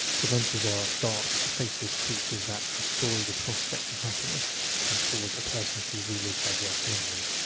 dementors are dark, faceless creatures that destroy the prospect of happiness and cause a person to relive their worst memories.